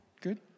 Good